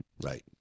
Right